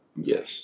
Yes